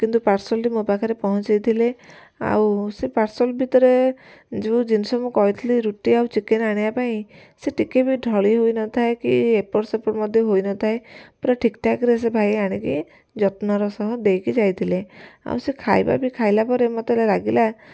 କିନ୍ତୁ ପାର୍ସଲଟି ମୋ ପାଖରେ ପହଞ୍ଚେଇଥିଲେ ଆଉ ସେ ପାର୍ସଲ ଭିତରେ ଯେଉଁ ଜିନଷ ମୁଁ କହିଥିଲି ରୁଟି ଆଉ ଚିକେନ ଆଣିବା ପାଇଁ ସେ ଟିକେ ବି ଢ଼ଳି ହୋଇନଥାଏ କି ଏପଟ ସେପଟ ମଧ୍ୟ ହୋଇନଥାଏ ପୁରା ଠିକଠାକରେ ସେ ଭାଇ ଆଣିକି ଯତ୍ନର ସହ ଦେଇକି ଯାଇଥିଲେ ଆଉ ସେ ଖାଇବା ବି ଖାଇଲା ପରେ ମତେ ଲାଗିଲା